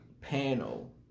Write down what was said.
panel